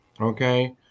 Okay